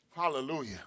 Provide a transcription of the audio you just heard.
Hallelujah